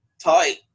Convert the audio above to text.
tight